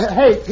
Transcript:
hey